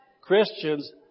Christians